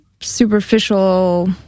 superficial